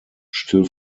still